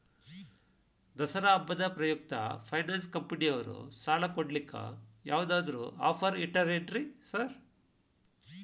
ದಸರಾ ಹಬ್ಬದ ಪ್ರಯುಕ್ತ ಫೈನಾನ್ಸ್ ಕಂಪನಿಯವ್ರು ಸಾಲ ಕೊಡ್ಲಿಕ್ಕೆ ಯಾವದಾದ್ರು ಆಫರ್ ಇಟ್ಟಾರೆನ್ರಿ ಸಾರ್?